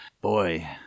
boy